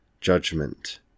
judgment